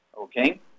okay